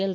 L